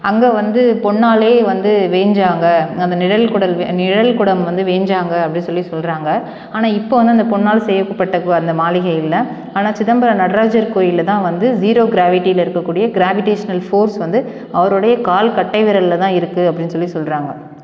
அங்கே வந்து பொன்னாலே வந்து வேஞ்சாங்க அந்த நிழல் குடல் வே நிழல் குடம் வந்து வேஞ்சாங்க அப்படி சொல்லி சொல்கிறாங்க ஆனால் இப்போது வந்து அந்த பொன்னால் செய்யப்பட்ட கு அந்த மாளிகை இல்லை ஆனால் சிதம்பரம் நடராஜர் கோயிலில் தான் வந்து ஸீரோ க்ராவிட்டியில் இருக்கக்கூடிய க்ராவிடேஷ்னல் ஃபோர்ஸ் வந்து அவருடைய கால் கட்டைவிரலில் தான் இருக்குது அப்படின்னு சொல்லி சொல்கிறாங்க